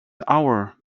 hour